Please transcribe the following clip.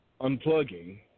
unplugging